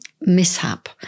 mishap